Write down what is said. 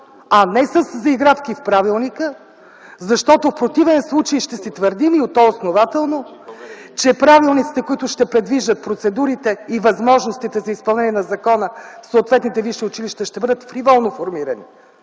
а не със заигравки в правилника. Защото в противен случай ще си твърдим, и то основателно, че правилниците, които ще придвижват процедурите и възможностите за изпълнението на закона в съответните висши училища, ще бъдат формирани